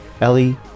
Ellie